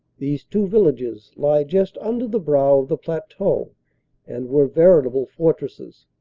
these two villages lie just under the brow of the plateau and were veritable fortresses,